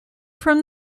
from